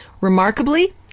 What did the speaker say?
Remarkably